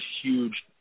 huge